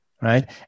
right